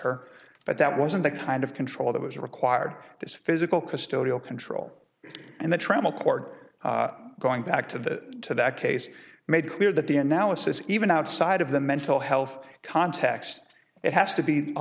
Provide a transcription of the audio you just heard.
her but that wasn't the kind of control that was required this physical custodial control and the travelcard going back to the to that case made clear that the analysis even outside of the mental health context it has to be a